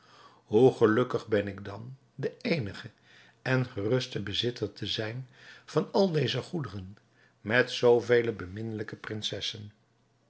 hoe gelukkig ben ik dan de eenige en geruste bezitter te zijn van al deze goederen met zoo vele beminnelijke prinsessen